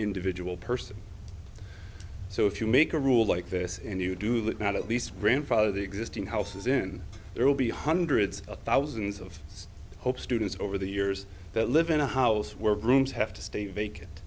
individual person so if you make a rule like this and you do that not at least grandfather the existing houses in there will be hundreds or thousands of hope students over the years that live in a house where rooms have to stay vacant